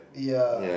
ya